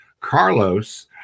Carlos